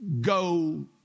go